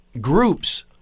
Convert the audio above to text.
groups